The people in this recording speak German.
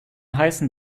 heißen